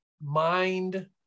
mind